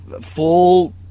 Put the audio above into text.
Full